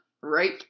Right